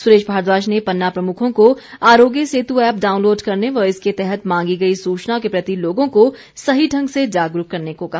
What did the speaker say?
सुरेश भारद्वाज ने पन्ना प्रमुखों को आरोग्य सेतु ऐप डाउनलोड करने य इसके तहत मांगी गई सूचना के प्रति लोगों को सही ढंग से जागरूक करने को कहा